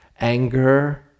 anger